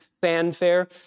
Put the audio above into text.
fanfare